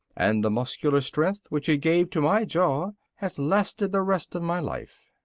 and the muscular strength, which it gave to my jaw, has lasted the rest of my life.